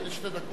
הנה, שתי דקות.